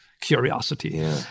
Curiosity